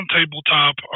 tabletop